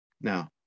Now